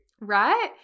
Right